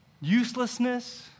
uselessness